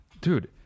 Dude